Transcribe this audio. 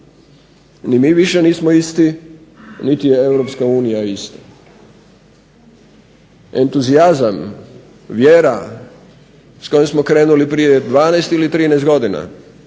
Ni mi više nismo isti, niti je EU ista. Entuzijazam, vjera s kojom smo krenuli prije 12 ili 13 godina,